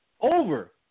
Over